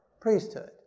priesthood